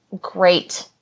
great